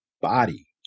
Body